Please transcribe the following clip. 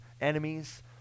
enemies